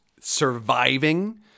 surviving